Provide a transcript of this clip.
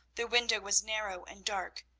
the window was narrow and dark,